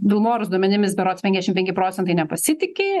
vilmorus duomenimis berods penkiasdešim penki procentai nepasitiki